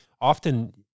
often